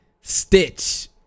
Stitch